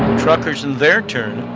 truckers, in their turn,